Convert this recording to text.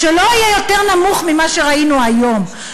שלא יהיה יותר נמוך ממה שראינו היום.